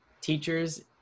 teachers